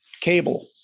cable